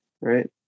right